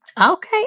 Okay